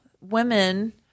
women